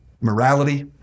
morality